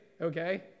Okay